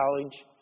college